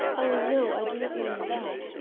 oh, no, i do not mean that.